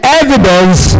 evidence